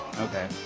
okay